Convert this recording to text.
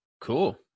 cool